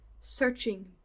searching